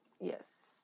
Yes